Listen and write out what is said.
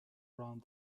around